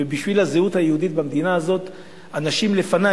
ובשביל הזהות היהודית במדינה הזאת אנשים לפני,